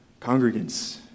congregants